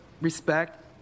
respect